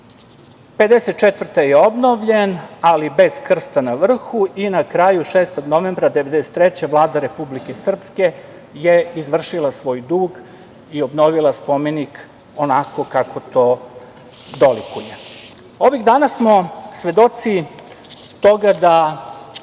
1954. je obnovljen, ali bez krsta na vrhu i na kraju 6. novembra 1993. godine Vlada Republike Srpske je izvršila svoj dug i obnovila spomenik onako kako to dolikuje. Ovih dana smo svedoci toga da